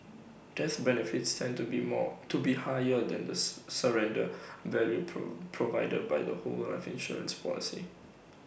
death benefits tend to be more to be higher than The S surrender value pro provided by the whole life insurance policy